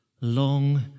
long